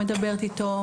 מדברת איתו,